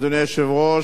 אדוני היושב-ראש,